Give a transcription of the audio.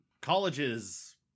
Colleges